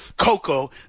Coco